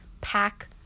Pack